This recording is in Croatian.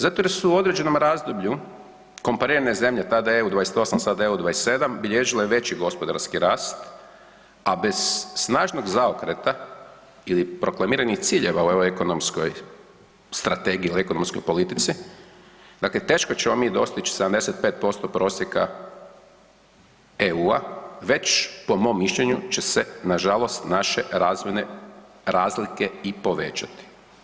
Zato jer su u određenom razdoblju komparirane zemlje tada EU 28 sada EU 27 bilježile veći gospodarski rast, a bez snažnog zaokreta ili proklamiranih ciljeva u ovoj ekonomskoj strategiji ili ekonomskoj politici, dakle teško ćemo mi dostić 75% prosjeka EU-a, već po mom mišljenju će se nažalost naše razvojne razlike i povećati.